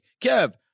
Kev